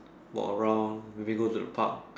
walk around maybe go to the park